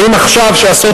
האם עכשיו, כשעשרות